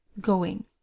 Going